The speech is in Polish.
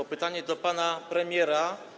Mam pytanie do pana premiera.